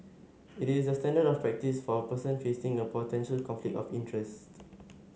it is the standard of practice for a person facing a potential conflict of interest